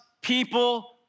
people